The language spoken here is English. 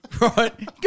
right